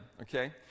okay